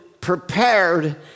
prepared